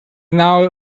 now